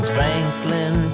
Franklin